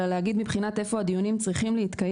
אלא כדי להגיד מהבחינה של איפה הדיונים צריכים להתקיים.